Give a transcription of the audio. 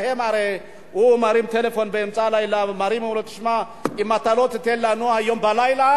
הרי הוא מרים טלפון באמצע הלילה ואומרים לו: אם אתה לא תיתן לנו הלילה,